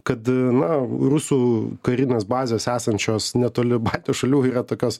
kad na rusų karinės bazės esančios netoli baltijos šalių yra tokios